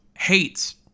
hates